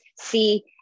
see